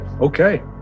okay